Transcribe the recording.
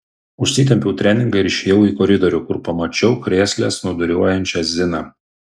užsitempiau treningą ir išėjau į koridorių kur pamačiau krėsle snūduriuojančią ziną